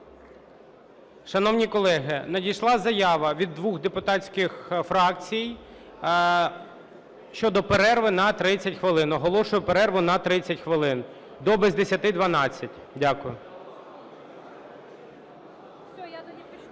Шановні колеги, надійшла заява від двох депутатських фракцій щодо перерви на 30 хвилин. Оголошую перерву на 30 хвилин, до без десяти